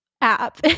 app